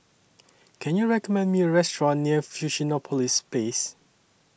Can YOU recommend Me A Restaurant near Fusionopolis Place